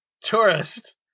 Tourist